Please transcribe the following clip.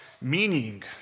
Meaning